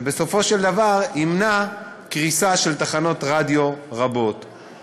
דבר שבסופו של דבר ימנע קריסה של תחנות רדיו רבות.